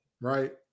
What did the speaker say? right